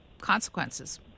consequences